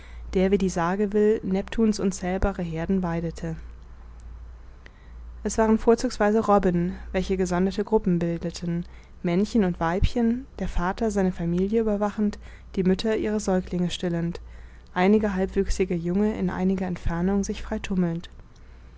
der wie die sage will neptun's unzählbare heerden weidete es waren vorzugsweise robben welche gesonderte gruppen bildeten männchen und weibchen der vater seine familie überwachend die mütter ihre säuglinge stillend einige halbwüchsige junge in einiger entfernung sich